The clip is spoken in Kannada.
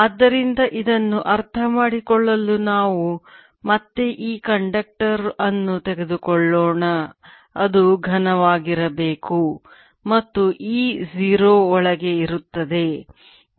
ಆದ್ದರಿಂದ ಇದನ್ನು ಅರ್ಥಮಾಡಿಕೊಳ್ಳಲು ನಾವು ಮತ್ತೆ ಈ ಕಂಡಕ್ಟರ್ ಅನ್ನು ತೆಗೆದುಕೊಳ್ಳೋಣ ಅದು ಘನವಾಗಿರಬೇಕು ಮತ್ತು E 0 ಒಳಗೆ ಇರುತ್ತದೆ